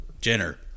Jenner